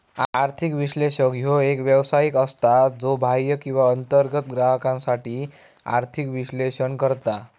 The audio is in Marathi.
आर्थिक विश्लेषक ह्यो एक व्यावसायिक असता, ज्यो बाह्य किंवा अंतर्गत ग्राहकांसाठी आर्थिक विश्लेषण करता